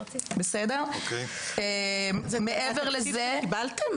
זה תקציב שקיבלתם?